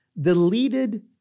deleted